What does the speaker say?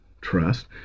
Trust